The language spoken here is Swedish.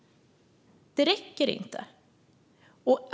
Det räcker inte.